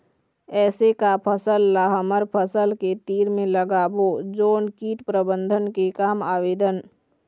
ऐसे का फसल ला हमर फसल के तीर मे लगाबो जोन कीट प्रबंधन के काम आवेदन?